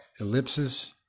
ellipses